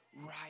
right